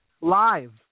Live